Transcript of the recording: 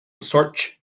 search